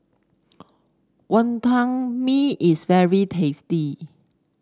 Wonton Mee is very tasty